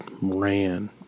ran